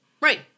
Right